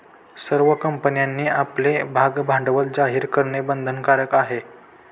सर्व कंपन्यांनी आपले भागभांडवल जाहीर करणे बंधनकारक आहे